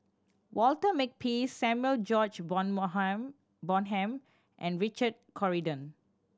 Walter Makepeace Samuel George Bonham and Richard Corridon